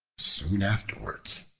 soon afterwards,